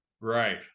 Right